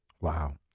Wow